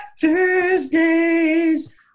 Thursdays